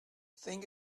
thing